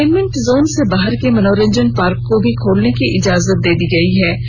containment zone के बाहर के मनोरंजन पार्क को भी खोलने की इजाजत दे दी गयी है